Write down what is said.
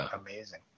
amazing